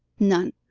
none.